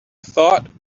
thought